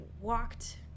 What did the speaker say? walked